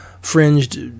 fringed